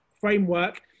framework